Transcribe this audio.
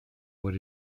what